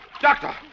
Doctor